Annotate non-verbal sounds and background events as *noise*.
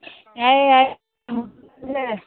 ꯌꯥꯏꯌꯦ ꯌꯥꯏꯌꯦ *unintelligible*